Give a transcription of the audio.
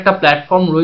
platform